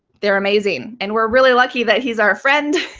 they're amazing. and we're really lucky that he's our friend.